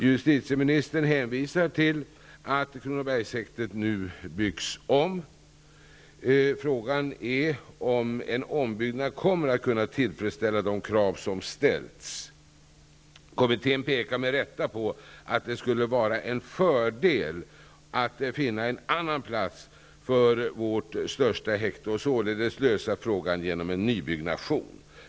Justitieministern hänvisar till att Kronobergshäktet nu byggs om. Frågan är om en ombyggnad kommer att tillfredsställa de krav som ställts. Kommittén pekar med rätta på att det skulle vara en fördel att finna en annan plats för Sveriges största häkte och således lösa frågan genom en nybyggnation.